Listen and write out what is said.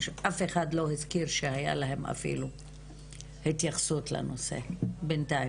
אף אחד לא הזכיר שהיה להם אפילו התייחסות לנושא בינתיים.